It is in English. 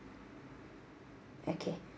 okay